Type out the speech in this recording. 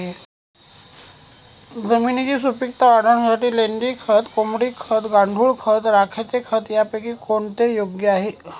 जमिनीची सुपिकता वाढवण्यासाठी लेंडी खत, कोंबडी खत, गांडूळ खत, राखेचे खत यापैकी कोणते योग्य आहे?